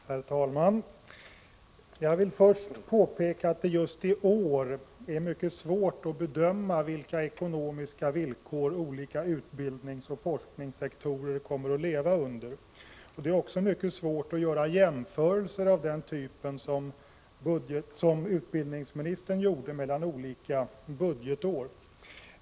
Herr talman! Jag vill först påpeka att det just i år är mycket svårt att bedöma vilka ekonomiska villkor olika utbildningsoch forskningssektorer kommer att leva under. Det är också mycket svårt att göra jämförelser av den typ som utbildningsministern gjorde, mellan olika budgetår.